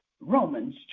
Romans